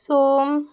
so